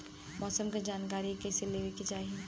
मौसम के जानकारी कईसे लेवे के चाही?